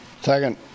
Second